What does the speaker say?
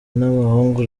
n’umuhungu